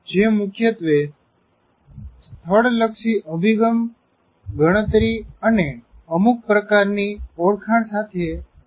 જે મુખ્યત્વે સ્થળલક્ષી અભિગમ ગણતરી અને અમુક પ્રકારની ઓળખાણ સાથે વ્યવહાર કરે છે